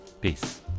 Peace